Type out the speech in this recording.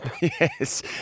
Yes